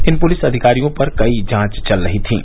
इन police अधिकारियों पर कई जांच चल रही थीं